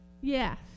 Yes